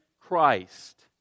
Christ